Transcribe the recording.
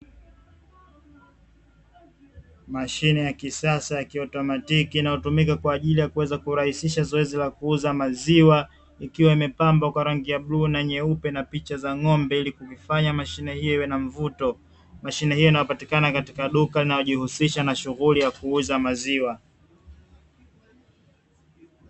Mashine ya kisasa ya kiautomatiki inayotumika kwa ajili ya kuweza kurahisisha zoezi la kuuza maziwa, ikiwa imepambwa kwa rangi ya bluu na nyeupe na picha za ng'ombe, ili kuifanya mashine hiyo iwe na mvuto. Mashine hiyo inapatikana katika duka linalojihusisha na shughuli ya kuuza maziwa.